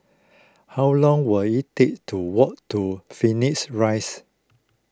how long will it take to walk to Phoenix Rise